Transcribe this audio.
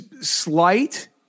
slight